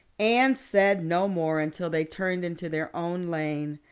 anne said no more until they turned into their own lane.